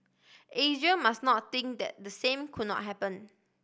Asia must not think that the same could not happen